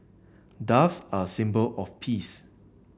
doves are a symbol of peace